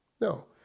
No